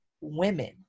women